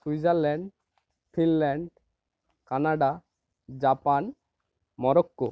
Switzerland Finland Canada Japan Morocco